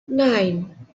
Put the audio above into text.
nine